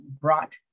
brought